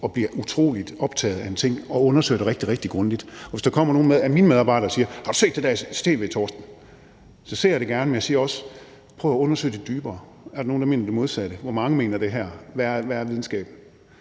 man bliver utrolig optaget af en ting og undersøger det rigtig, rigtig grundigt. Og hvis der kommer nogle af mine medarbejdere og siger: Har du set det der i tv, Torsten? så ser jeg det gerne. Men jeg siger også: Prøv at undersøge det dybere – er der nogen, der mener det modsatte, hvor mange mener det her, og hvad siger videnskaben?